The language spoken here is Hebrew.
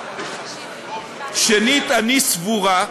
שנית, אני סבורה,